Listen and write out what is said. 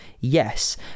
Yes